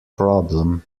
problem